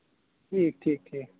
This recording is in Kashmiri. ٹھیٖک ٹھیٖک ٹھیٖک